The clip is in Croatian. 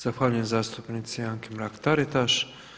Zahvaljujem zastupnici Anki Mrak Taritaš.